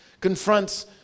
confronts